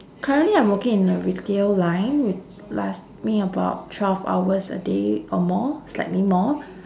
currently I'm working in a retail line wh~ last me about twelve hours a day or more slightly more